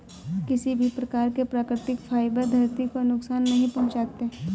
किसी भी प्रकार के प्राकृतिक फ़ाइबर धरती को नुकसान नहीं पहुंचाते